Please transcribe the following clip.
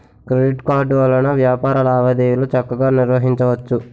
credit card వలన వ్యాపార లావాదేవీలు చక్కగా నిర్వహించవచ్చు